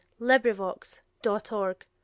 LibriVox.org